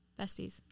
besties